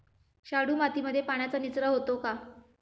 शाडू मातीमध्ये पाण्याचा निचरा होतो का?